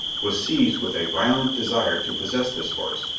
was seized with a violent desire to possess this horse,